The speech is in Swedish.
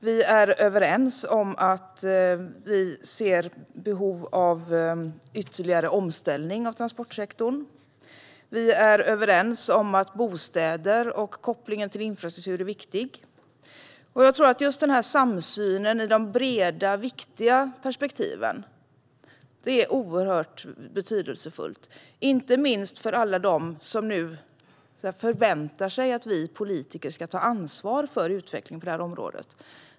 Vi är överens om behov av ytterligare omställning av transportsektorn. Och vi är överens om att bostäder och kopplingen till infrastruktur är viktig. Jag tror att just samsynen i de breda, viktiga perspektiven är betydelsefull, inte minst för alla dem som nu förväntar sig att vi politiker ska ta ansvar för utvecklingen på området.